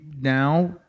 now